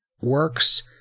works